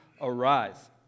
arise